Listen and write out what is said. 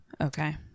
Okay